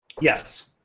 Yes